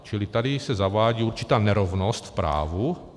Čili tady se zavádí určitá nerovnost v právu.